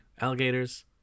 alligators